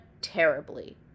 terribly